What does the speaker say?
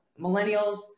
millennials